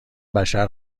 بشر